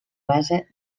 base